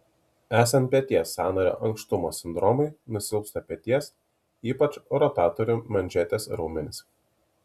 esant peties sąnario ankštumo sindromui nusilpsta peties ypač rotatorių manžetės raumenys